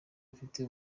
afite